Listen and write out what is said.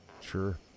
Sure